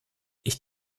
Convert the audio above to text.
ich